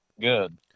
Good